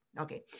Okay